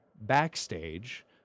backstage